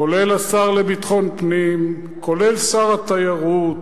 כולל השר לביטחון פנים, כולל שר התיירות,